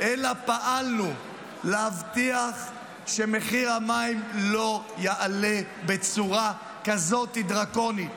אלא פעלנו להבטיח שמחיר המים לא יעלה בצורה כזאת דרקונית.